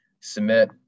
submit